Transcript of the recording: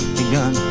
begun